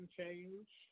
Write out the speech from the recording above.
change